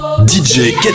DJ